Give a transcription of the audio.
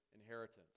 inheritance